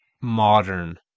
modern